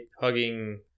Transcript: hugging